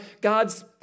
God's